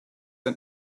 and